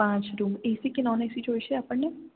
પાંચ room AC કે non AC જોઇશે આપણને